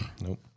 Nope